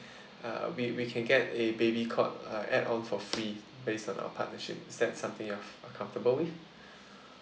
uh we we can get a baby cot uh add on for free based on our partnership is that something you're comfortable with